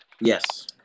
Yes